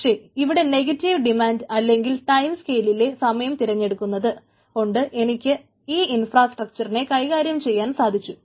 പക്ഷെ ഇവിടെ negative demand സമയം തിരഞ്ഞെടുത്തത് കൊണ്ട് എനിക്ക് ഈ ഇൻഫ്രാസ്ട്രക്ച്ചറിനെ കൈകാര്യം ചെയ്യാൻ സാധിച്ചു